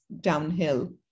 downhill